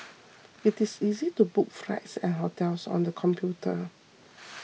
it is easy to book flights and hotels on the computer